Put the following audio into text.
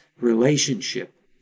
relationship